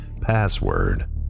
password